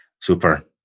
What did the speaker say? Super